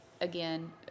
again